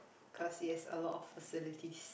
cause yes a lot of facilities